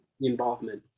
involvement